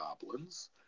Goblins